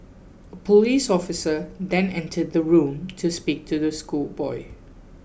a police officer then entered the room to speak to the schoolboy